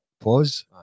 pause